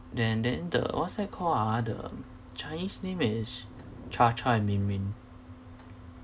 then then the what's that called ah the chinese name is chua chua and min min